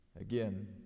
Again